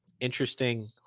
interesting